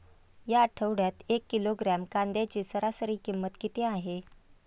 या आठवड्यात एक किलोग्रॅम कांद्याची सरासरी किंमत किती आहे?